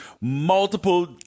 multiple